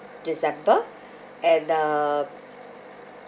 december and uh